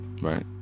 right